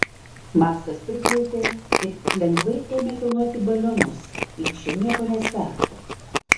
maksas priklaupė ir lengvai ėmė kilnoti balionus lyg šie nieko nesvertų